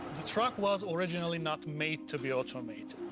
the truck was originally not made to be automated.